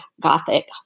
Gothic